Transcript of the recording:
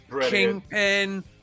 Kingpin